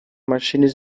machines